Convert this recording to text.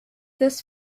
this